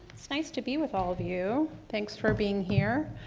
it's nice to be with all of you. thanks for being here.